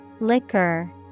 Liquor